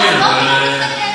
לעובדות היא לא מתנגדת,